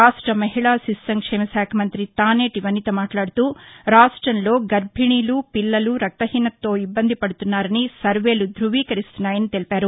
రాష్ట మహిళా శిశు సంక్షేమ శాఖామంతి తానేటి వనిత మాట్లాడుతూ రాష్టంలో గర్బిణీ మహిళలు పిల్లలు రక్తహీనతతో ఇబ్బంది పడుతున్నారని సర్వేలు ధ్భవీకరిస్తున్నాయని తెలిపారు